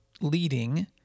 leading